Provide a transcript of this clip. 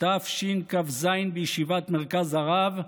תשכ"ז בישיבת מרכז הרב,